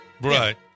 Right